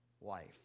life